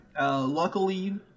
Luckily